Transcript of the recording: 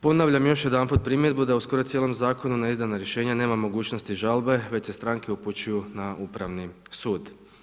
Ponavljam još jedanput primjedbu da u skoro cijelom zakonu na izdana rješenja nema mogućnosti žalbe, već se stranke upućuju na Upravni sud.